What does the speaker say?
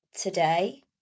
today